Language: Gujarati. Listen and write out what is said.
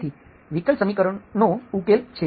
તેથી વિકલ સમીકરણનો ઉકેલ છે